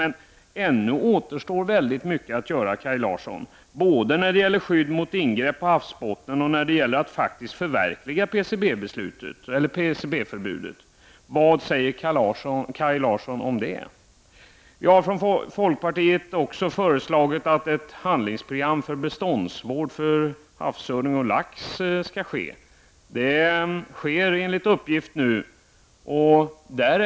Men ännu återstår mycket att göra, Kaj Larsson, både när det gäller skydd mot ingrepp på havsbottnen och när det gäller att faktiskt förverkliga PCB-förbudet. Vad säger Kaj Larsson om det? Folkpartiet har också föreslagit att ett handlingsprogram för beståndsvård av havsöring och lax skall upprättas. Enligt uppgift sker detta nu.